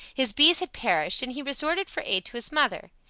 his bees had perished, and he resorted for aid to his mother.